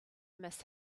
miss